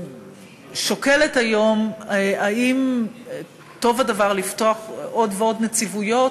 שוקלת היום אם טוב הדבר לפתוח עוד ועוד נציבויות,